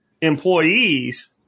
employees